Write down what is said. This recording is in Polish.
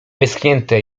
wyschnięte